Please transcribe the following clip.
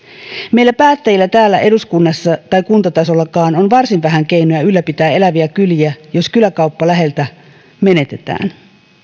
meillä päättäjillä täällä eduskunnassa tai kuntatasollakaan on varsin vähän keinoja ylläpitää eläviä kyliä jos kyläkauppa läheltä menetetään